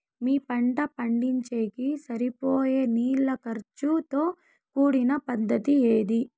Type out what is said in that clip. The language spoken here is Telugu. మీ పంట పండించేకి సరిపోయే నీళ్ల ఖర్చు తో కూడిన పద్ధతి ఏది?